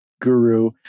guru